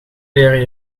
leren